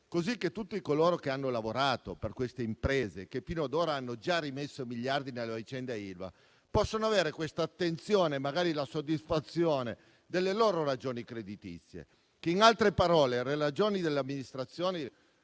così che tutti coloro che hanno lavorato per queste imprese, che fino ad ora hanno già rimesso miliardi nella vicenda Ilva, possano avere questa attenzione e magari la soddisfazione delle loro ragioni creditizie, che in altre parole le ragioni dell'amministrazione